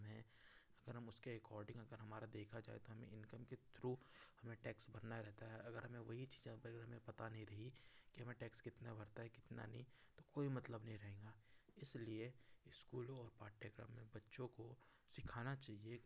अगर हम उसके एकोर्डिंग अगर हमारा देखा जाए तो हमें इनकम के थ्रू हमें टैक्स भरना रहता है अगर हमें वही चीज़ जहाँ पर बारे में हमें पता नहीं रही कि हमें टैक्स कितना भरता कितना नहीं तो कोई मतलब नहीं रहेगा इसलिए इस्कूलो और पाठ्यक्रम में बच्चों को सीखाना चाहिए